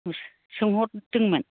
सोंहरदोंमोन